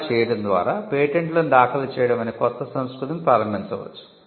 అలా చేయడం ద్వారా పేటెంట్లను దాఖలు చేయడం అనే క్రొత్త సంస్కృతిని ప్రారంభించ వచ్చు